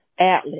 outlet